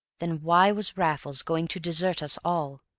then why was raffles going to desert us all?